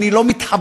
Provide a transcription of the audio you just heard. אני לא מתחבט,